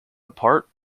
apart